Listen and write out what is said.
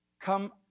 come